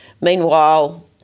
Meanwhile